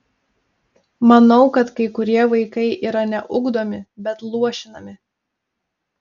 manau kad kai kurie vaikai yra ne ugdomi bet luošinami